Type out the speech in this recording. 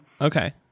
Okay